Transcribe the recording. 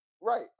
right